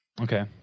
Okay